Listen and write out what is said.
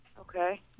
okay